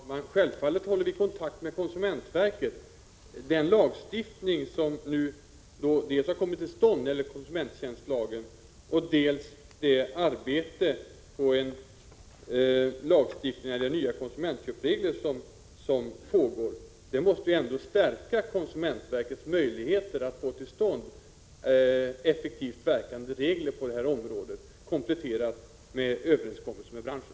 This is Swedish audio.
Herr talman! Vi håller självfallet kontakt med konsumentverket. Den lagstiftning som dels har kommit till stånd, dvs. konsumenttjänstlagen, dels är under utarbetande, nämligen om nya konsumentköpregler, måste ändå stärka konsumentverkets möjligheter att få till stånd effektivt verkande regler på det här området, som kan kompletteras med överenskommelse med branschen.